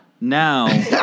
now